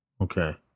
Okay